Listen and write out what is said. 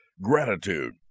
gratitude